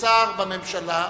ששר בממשלה,